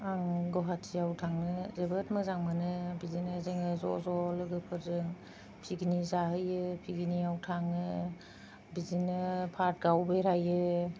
आं गुवाहाटीयाव थांनो जोबोद मोजां मोनो बिदिनो जोङो ज' ज' लोगोफोरजों पिकनिक जाहैयो पिगिनिआव थाङो बिदिनो पार्क आव बेरायो